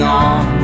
on